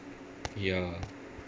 ya